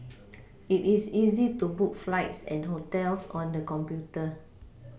it is easy to book flights and hotels on the computer